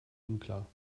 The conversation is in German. unklar